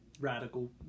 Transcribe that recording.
radical